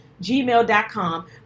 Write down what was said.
gmail.com